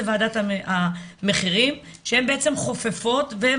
וועדת המחירים שבהם בעצם חופפות והן